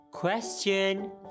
Question